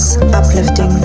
uplifting